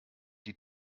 die